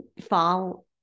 fall